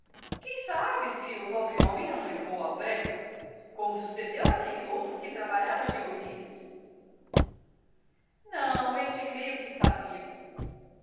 quem sabe se o pobre homem não levou a breca como sucedeu àquele outro que trabalhava de ourives não este creio que está vivo